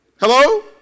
Hello